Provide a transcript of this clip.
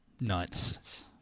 nuts